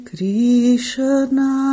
Krishna